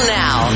now